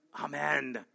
Amen